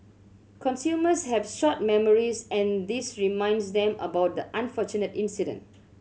consumers have short memories and this reminds them about the unfortunate incident